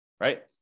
right